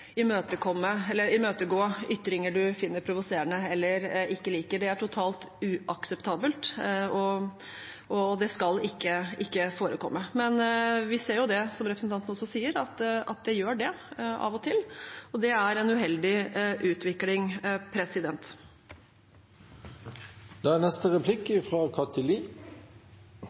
imøtegå ytringer man finner provoserende eller ikke liker. Det er totalt uakseptabelt og det skal ikke forekomme. Men vi ser jo det, som representanten også sier, at det gjør det av og til, og det er en uheldig utvikling. I mitt innlegg i stad nevnte jeg problematikken med å få dagsavisene distribuert ut i